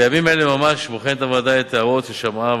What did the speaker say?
בימים אלו ממש בוחנת הוועדה את ההערות ששמעה,